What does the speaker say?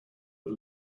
but